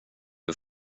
att